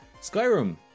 Skyrim